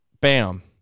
Bam